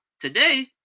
today